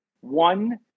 one